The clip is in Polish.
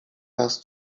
was